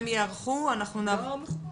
ניצנים.